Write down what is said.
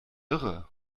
irre